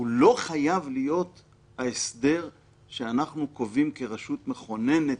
הוא לא חייב להיות ההסדר שאנחנו קובעים כרשות מכוננת,